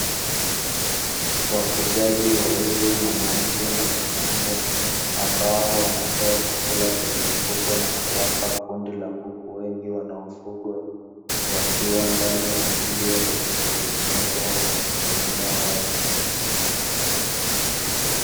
Wafugaji wawili mwanamke na mwanamume, ambao wanatoa chakula kwenye mifuko na kuwapa kundi la kuku wengi wanaofugwa, wakiwa ndani ya uzio uliotengenezwa kwa kutumia wavu.